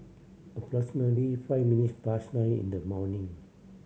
approximately five minutes past nine in the morning